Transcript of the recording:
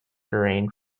terrain